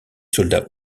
soldats